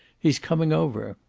he's coming over!